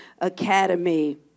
Academy